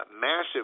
massive